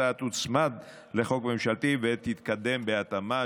ההצעה תוצמד לחוק ממשלתי ותקודם בהתאמה.